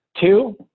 Two